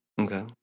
Okay